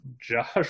Josh